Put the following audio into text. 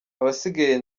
abasigaye